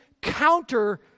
Counter